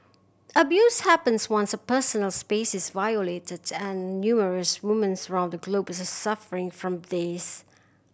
abuse happens once a personal space is violated and numerous women's around the globe are suffering from this